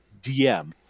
DM